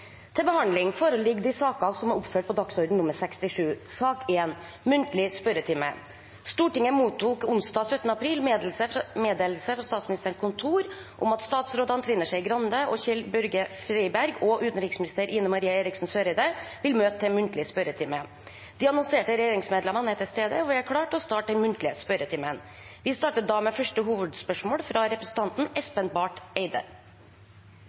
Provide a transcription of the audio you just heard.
Stortinget mottok onsdag 17. april meddelelse fra Statsministerens kontor om at statsrådene Trine Skei Grande og Kjell-Børge Freiberg og utenriksminister Ine M. Eriksen Søreide vil møte til muntlig spørretime. De annonserte regjeringsmedlemmene er til stede, og vi er klare til å starte den muntlige spørretimen. Vi starter da med første hovedspørsmål, fra representanten Espen Barth Eide.